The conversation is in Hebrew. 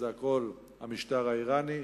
הכול המשטר האירני.